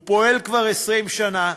הוא פועל כבר 20 שנה,